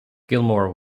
gilmore